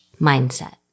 mindset